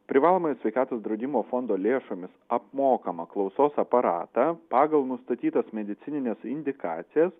privalomojo sveikatos draudimo fondo lėšomis apmokamą klausos aparatą pagal nustatytas medicinines indikacijas